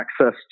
access